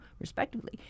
respectively